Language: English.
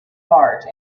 large